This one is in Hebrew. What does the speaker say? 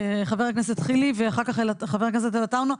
חבר הכנסת חילי ואחר כך חבר הכנסת עטאונה,